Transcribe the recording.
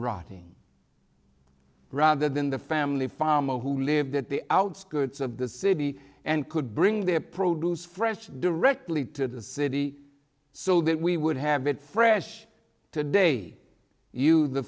rotting rather than the family farmer who lived at the outskirts of the city and could bring their produce fresh directly to the city so that we would have it fresh today you the